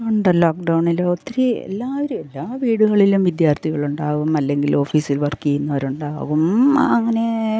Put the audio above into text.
ഉണ്ടല്ലോ ലോക്ക്ഡൗണിൽ ഒത്തിരി എല്ലാവരും എല്ലാ വീടുകളിലും വിദ്യാർത്ഥികൾ ഉണ്ടാകും അല്ലെങ്കിൽ ഓഫീസിൽ വർക്ക് ചെയ്യുന്നവർ ഉണ്ടാകും അങ്ങനെ